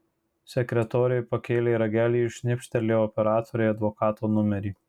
sekretorė pakėlė ragelį ir šnibžtelėjo operatorei advokato numerį